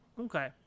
Okay